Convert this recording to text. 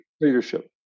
leadership